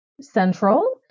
central